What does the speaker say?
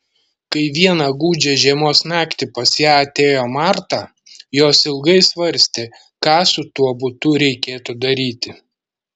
kai vieną gūdžią žiemos naktį pas ją atėjo marta jos ilgai svarstė ką su tuo butu reikėtų daryti